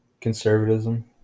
conservatism